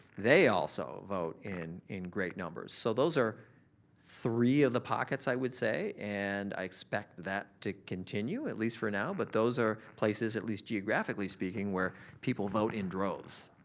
they also vote in in great numbers. so, those are three of the pockets i would say and i expect that to continue at least for now but those are places at least geographically-speaking where people vote in droves,